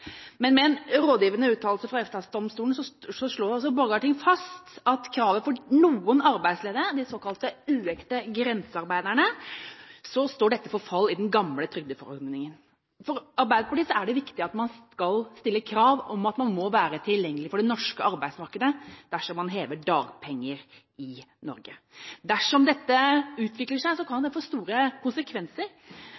men etter en rådgivende uttalelse fra EFTA-domstolen slår Borgarting lagmannsrett fast at kravet i den gamle trygdeforordningen står for fall overfor noen arbeidsledige, de såkalte uekte grensearbeiderne. For Arbeiderpartiet er det viktig at man skal stille krav om at man må være tilgjengelig for det norske arbeidsmarkedet, dersom man hever dagpenger i Norge. Dersom dette utvikler seg, kan